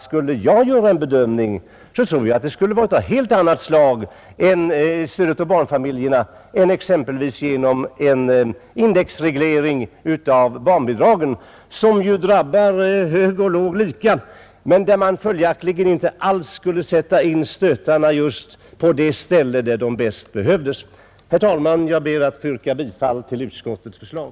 Skulle jag göra en bedömning, så tror jag att stödet till barnfamiljerna bör ges på helt annat sätt än exempelvis genom en indexreglering av barnbidragen, vilken ju blir lika för hög och låg och följaktligen inte innebär att man sätter in förbättringarna just där de bäst behövs. Herr talman! Jag ber att få yrka bifall till utskottets förslag.